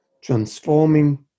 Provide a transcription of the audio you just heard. transforming